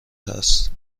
است